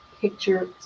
picture